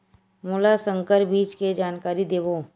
मोला संकर बीज के जानकारी देवो?